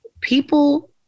people